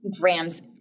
grams